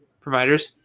providers